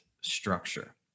structure